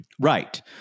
Right